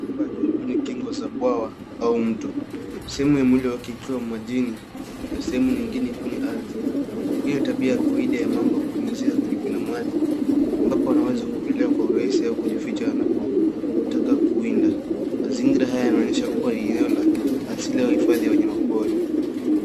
Mamba akiwa kwenye kingo za bwawa au mto sehemu yake ikiwa majini na sehemu nyingine kwenye ardhi. Hii ni tabia ya kawaida ya mamba kupumzika karibu na maji ambapo anaweza kuogele kwa urahisi au kujificha anapotaka kuwinda. Mazingira haya yanaonyesha kuwa ni eneo la asili au hifadhi ya wanyama pori.